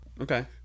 Okay